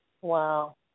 Wow